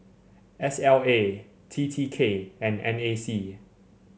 S L A T T K and N A C